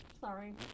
Sorry